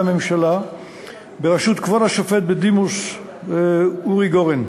הממשלה בראשות כבוד השופט בדימוס אורי גורן.